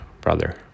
brother